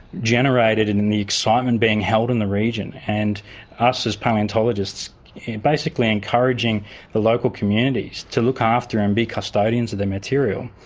generated, and and the excitement being held in the region, and us as palaeontologists basically encouraging the local communities to look after and be custodians of the material,